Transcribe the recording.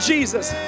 Jesus